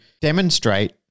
demonstrate